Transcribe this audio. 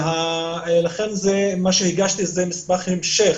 לכן מה שהגשתי זה מסמך המשך.